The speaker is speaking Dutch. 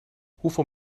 hoeveel